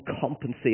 compensate